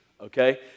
Okay